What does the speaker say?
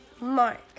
Mark